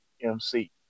MC